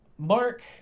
Mark